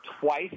twice